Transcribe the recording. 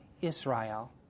Israel